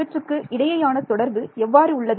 இவற்றுக்கு இடையேயான தொடர்பு எவ்வாறு உள்ளது